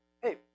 Hey